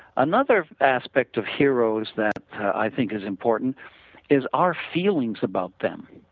another aspect of heroes that i think is important is our feelings about them.